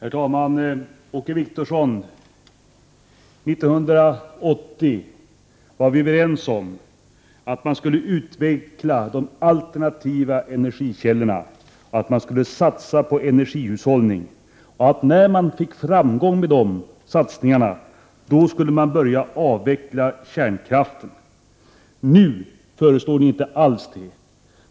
Herr talman! Åke Wictorsson, år 1980 var vi överens om att man skulle utveckla de alternativa energikällorna och att man skulle satsa på energihushållning. När man hade fått framgång med de satsningarna skulle man börja avveckla kärnkraften. Nu föreslår ni inte alls detta.